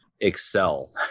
excel